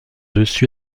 dessus